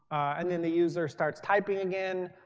and then the user starts typing again,